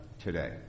today